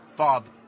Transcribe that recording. Bob